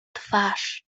twarz